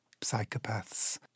psychopaths